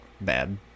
bad